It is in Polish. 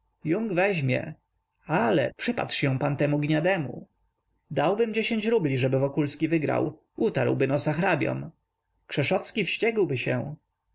weźmie ale przypatrz się pan temu gniademu dałbym dziesięć rubli żeby wokulski wygrał utarłby nosa hrabiom krzeszowski wściekłby się